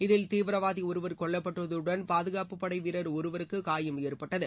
இதில் தீவிரவாதி ஒருவர் கொல்லப்பட்டதுடன் பாதுகாப்புப்படை வீரர் ஒருவருக்கு காயம் ஏற்பட்டது